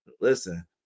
Listen